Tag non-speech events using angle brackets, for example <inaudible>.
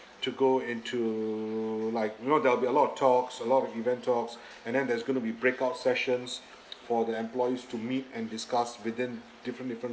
to go into like you know they'll be a lot talks a lot of event talks <breath> and then there's going to be break out sessions for the employees to meet and discuss within different different